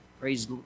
Praise